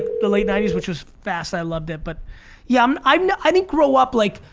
the late ninety s which was fast i loved it, but yeah um i mean i didn't grow up like